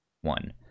one